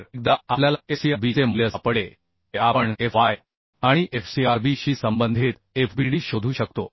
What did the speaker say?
तर एकदा आपल्याला Fcrb चे मूल्य सापडले की आपण fy आणि Fcrb शी संबंधित FBD शोधू शकतो